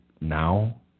now